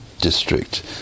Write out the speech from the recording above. district